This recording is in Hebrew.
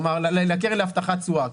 לקרן להבטחת תשואה,